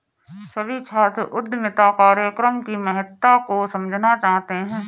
सभी छात्र उद्यमिता कार्यक्रम की महत्ता को समझना चाहते हैं